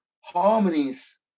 harmonies